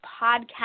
podcast